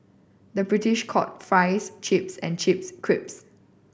the British called fries chips and chips crisps